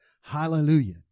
Hallelujah